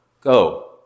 go